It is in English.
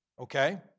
okay